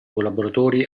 collaboratori